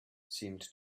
seemed